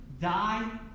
die